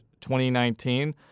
2019